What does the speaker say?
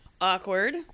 Awkward